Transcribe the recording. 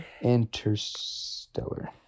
interstellar